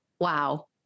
Wow